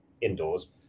indoors